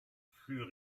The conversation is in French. flux